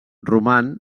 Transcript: roman